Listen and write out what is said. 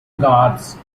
guards